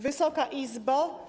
Wysoka Izbo!